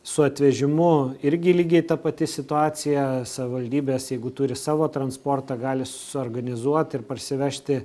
su atvežimu irgi lygiai ta pati situacija savivaldybės jeigu turi savo transportą gali suorganizuot ir parsivežti